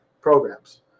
programs